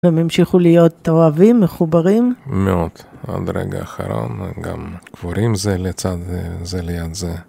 והם המשיכו להיות אוהבים, מחוברים? מאוד, עד הרגע האחרון, גם גבורים זה לצד זה וזה ליד זה.